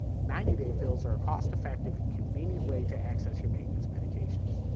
ninety day fills are a cost-effective, convenient way to access your maintenance medications.